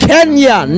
Kenya